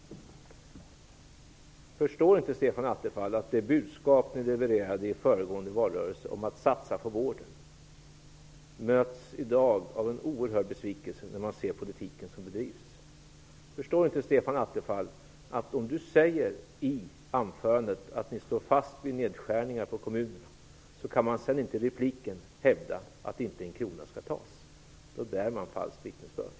Förstår inte Stefan Attefall att det budskap som kds levererade i den föregående valrörelsen om att satsa på vården i dag möts av en oerhörd besvikelse, när man ser politiken som bedrivs? Förstår inte Stefan Attefall att om man i anförandet säger att man står fast vid beslutet om nedskärningar i kommunerna, så kan man inte i repliken hävda att inte en krona skall tas? Då bär man falskt vittnesbörd.